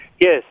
yes